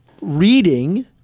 Reading